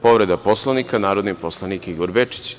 Povreda Poslovnika, narodni poslanik Igor Bečić.